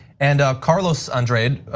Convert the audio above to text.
and carlos andrade,